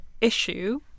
issue